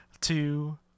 two